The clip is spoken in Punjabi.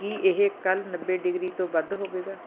ਕੀ ਇਹ ਕੱਲ੍ਹ ਨੱਬੇ ਡਿਗਰੀ ਤੋਂ ਵੱਧ ਹੋਵੇਗਾ